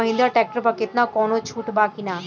Mahindra tractor पर केतना कौनो छूट बा कि ना?